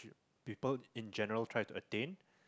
people in general try to attain